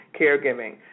caregiving